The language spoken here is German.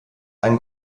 ein